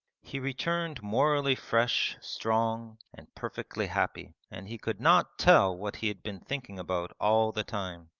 he returned morally fresh, strong, and perfectly happy, and he could not tell what he had been thinking about all the time.